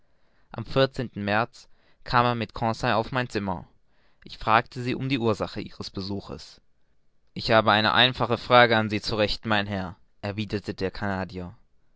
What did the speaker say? am märz kam er mit conseil auf mein zimmer ich fragte sie um die ursache ihres besuchs ich habe eine einfache frage an sie zu richten mein herr erwiderte der